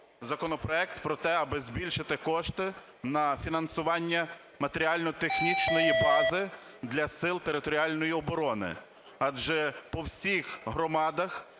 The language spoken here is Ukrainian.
законопроект про те, аби збільшити кошти на фінансування матеріально-технічної бази для сил територіальної оборони. Адже по всіх громадах